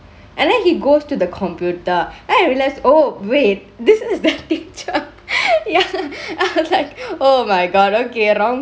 and then he goes to the computer then I realized oh wait this is the teacher ya I was like oh my god okay wrongk